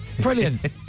Brilliant